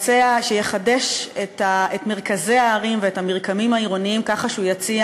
שיחדש את מרכזי הערים ואת המרקמים העירוניים ככה שהוא יציע